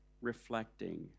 reflecting